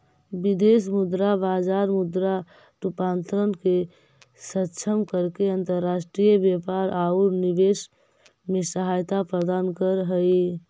विदेश मुद्रा बाजार मुद्रा रूपांतरण के सक्षम करके अंतर्राष्ट्रीय व्यापार औउर निवेश में सहायता प्रदान करऽ हई